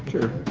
sure